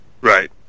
Right